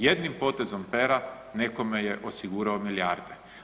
Jedinim potezom pera nekome je osigurao milijarde.